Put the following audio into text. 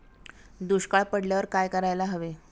दुष्काळ पडल्यावर काय करायला हवे?